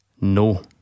No